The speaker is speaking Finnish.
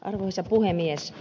arvoisa puhemies